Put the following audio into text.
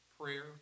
prayer